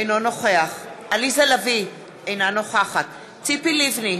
אינו נוכח עליזה לביא, אינה נוכחת ציפי לבני,